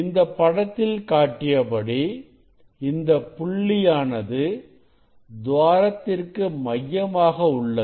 இந்தப் படத்தில் காட்டியபடி இந்த புள்ளியானது துவாரத்திற்கு மையமாக உள்ளது